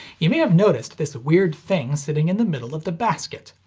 you may have noticed this weird thing sitting in the middle of the basket.